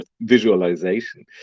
visualization